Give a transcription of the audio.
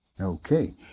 Okay